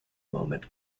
moment